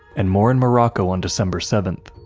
and more in morocco on december seven.